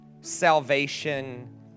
salvation